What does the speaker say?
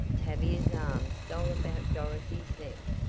tavia's arm stole about dorothy's neck.